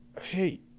hey